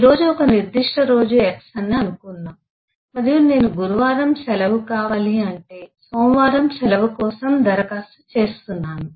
ఈ రోజు ఒక నిర్దిష్ట రోజు x అని అనుకుందాం మరియు నేను గురువారం సెలవు కావాలి అంటే సోమవారం సెలవు కోసం దరఖాస్తు చేస్తున్నాను